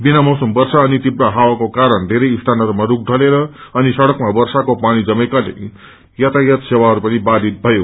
विनामौसम वर्षा अनि तीव्र हावाको कारण धेरै स्थानहरूमा स्रख इलेर अनि सड़कमा वर्षाको पानी जमेकोले यातायात सेवाहरू पनि बायित भयो